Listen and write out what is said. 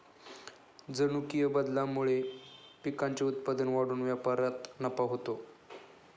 जनुकीय बदलामुळे पिकांचे उत्पादन वाढून व्यापारात नफा होतो